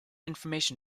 information